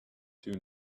two